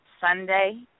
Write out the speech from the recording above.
Sunday